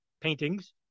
paintings